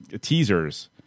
teasers